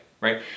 Right